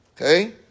okay